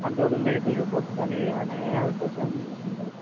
అన్ని రోజులు medical reports కానీ ఏమైనా ఏం హెల్ప్ వచ్చినా నేను చూసుకుంటాను సార్